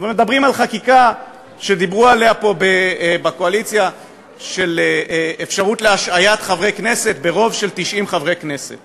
מדברים על חקיקה שדיברו עליה פה בקואליציה של אפשרות להשעיית חברי כנסת